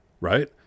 right